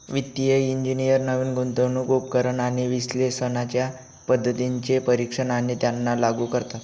वित्तिय इंजिनियर नवीन गुंतवणूक उपकरण आणि विश्लेषणाच्या पद्धतींचे परीक्षण आणि त्यांना लागू करतात